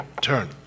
turn